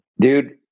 Dude